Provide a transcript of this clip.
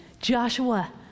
Joshua